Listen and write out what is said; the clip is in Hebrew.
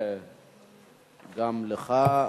גם לך,